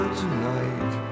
tonight